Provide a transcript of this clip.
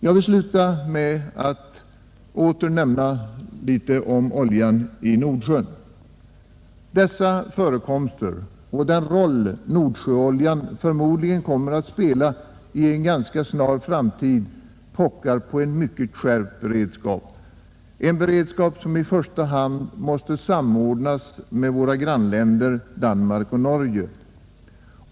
Jag vill sluta med att åter nämna något om oljan i Nordsjön. Dessa förekomster och den roll nordsjöoljan förmodligen kommer att spela i en ganska snar framtid kräver en väsentligt skärpt beredskap, en beredskap som i första hand måste samordnas med våra grannländers, Danmarks och Norges.